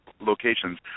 locations